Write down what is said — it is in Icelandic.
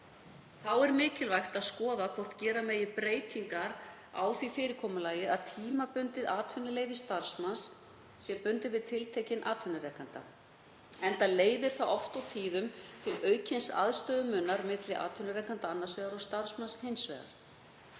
Þá er mikilvægt að skoða hvort gera megi breytingar á því fyrirkomulagi að tímabundið atvinnuleyfi starfsmanns sé bundið við tiltekinn atvinnurekanda, enda leiðir það oft og tíðum til aukins aðstöðumunar milli atvinnurekanda annars vegar og starfsmanns hins vegar.